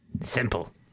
Simple